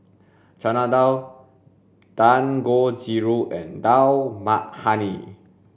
Chana Dal Dangojiru and Dal Makhani